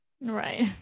right